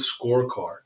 Scorecard